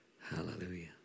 Hallelujah